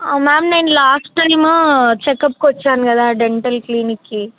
ma'am నేను last time చెకప్కి వచ్చాను కదా డెంటల్ క్లినిక్కి